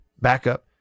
backup